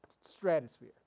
stratosphere